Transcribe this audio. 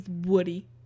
woody